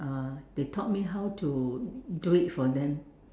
uh they taught me how to do it for them